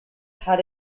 had